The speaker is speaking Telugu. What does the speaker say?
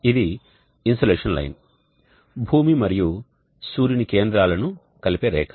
ఇది ఇన్సోలేషన్ లైన్ భూమి మరియు సూర్యుని కేంద్రాలను కలిపే రేఖ